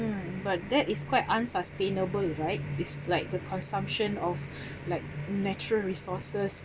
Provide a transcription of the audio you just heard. but that is quite unsustainable right it's like the consumption of like natural resources